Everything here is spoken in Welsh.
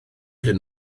hyn